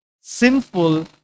sinful